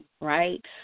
right